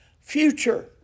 future